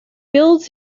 builds